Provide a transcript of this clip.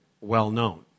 well-known